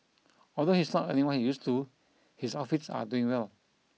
although he is not earning what he used to his outfits are doing well